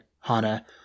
Hana